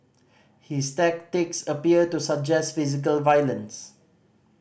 his tactics appear to suggest physical violence